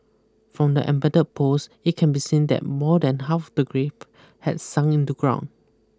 from the embed post it can be seen that more than half the grave had sunk into ground